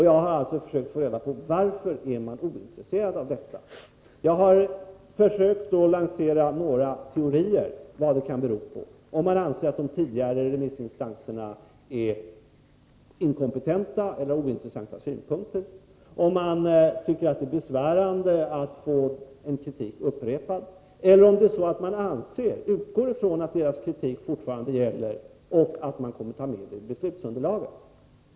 Jag har alltså försökt få reda på varför man är ointresserad av detta. Jag har försökt lansera några teorier om vad det kan bero på. Anser man att de tidigare remissinstanserna är inkompetenta eller har ointressanta synpunkter? Tycker man att det är besvärande att få en kritik upprepad? Eller är det så att man utgår från att deras kritik fortfarande gäller och att man kommer att ta hänsyn till det i beslutsunderlaget?